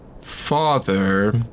father